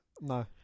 No